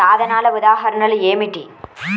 సాధనాల ఉదాహరణలు ఏమిటీ?